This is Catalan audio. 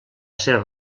ser